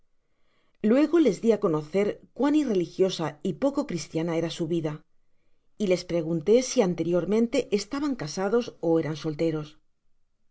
luego les di á conocer cuán irreligiosa y poco cristiana era su vida y les pregunté si anteriormente estaban casados á eran